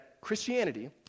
Christianity